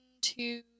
two